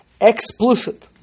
explicit